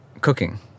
cooking